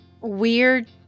weird